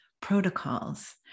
protocols